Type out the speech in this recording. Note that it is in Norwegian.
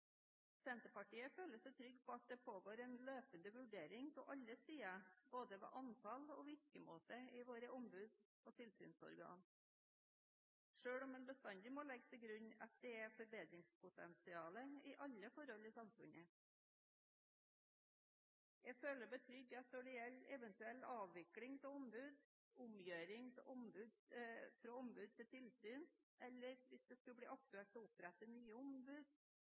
Senterpartiet føler seg trygg på at det pågår en løpende vurdering av alle sider ved våre ombuds- og tilsynsorganer, både antall og virkemåte, selv om en bestandig må legge til grunn at det er forbedringspotensial i alle forhold i samfunnet. Jeg føler meg trygg på at når det gjelder en eventuell avvikling av ombud, omgjøring av ombud til tilsyn, eller hvis det skulle bli aktuelt å opprette nye ombud,